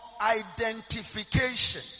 identification